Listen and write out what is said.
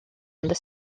ond